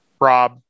Rob